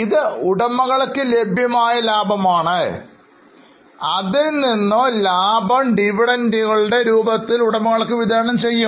ഇത് ഉടമകൾക്ക് ലഭ്യമായ ലാഭമാണ് അതിൽ നിന്ന് ലാഭം ഡിവിഡൻകളുടെ രൂപത്തിൽ ഉടമകൾക്ക് വിതരണംചെയ്യും